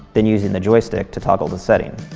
then using the joystick to toggle the setting.